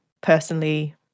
personally